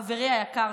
חברי היקר,